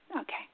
Okay